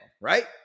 right